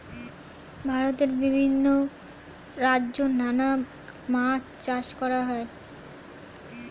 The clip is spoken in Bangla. ভারতে বিভিন্ন রাজ্যে নানা মাছ চাষ করা হয়